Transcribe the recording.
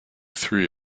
three